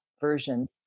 version